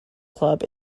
club